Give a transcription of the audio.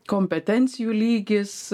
kompetencijų lygis